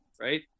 right